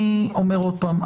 אני אומר עוד פעם,